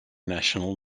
national